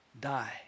die